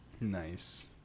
Nice